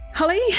Holly